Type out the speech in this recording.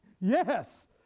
Yes